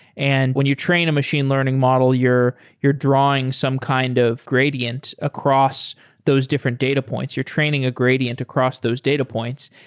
and when you train a machine learning model, you're you're drawing some kind of gradient across those different data points. you're training a gradient across those data points.